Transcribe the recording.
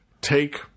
take